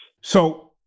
So-